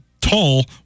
tall